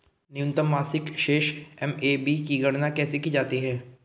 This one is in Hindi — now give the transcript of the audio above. न्यूनतम मासिक शेष एम.ए.बी की गणना कैसे की जाती है?